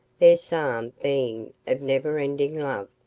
their psalm being of never-ending love.